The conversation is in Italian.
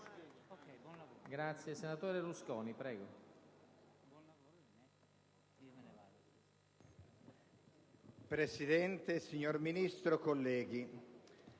Presidente, signor Ministro, colleghi,